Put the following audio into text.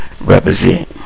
Represent